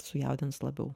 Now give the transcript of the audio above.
sujaudins labiau